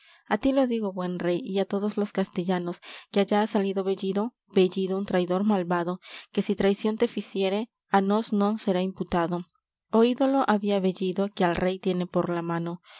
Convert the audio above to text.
ti lo digo buen rey y á todos los castellanos que allá ha salido bellido bellido un traidor malvado que si traición te ficiere á nos non será imputado oídolo había bellido que al rey tiene por la mano